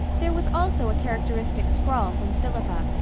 there was also a characteristic scrawl from philippa,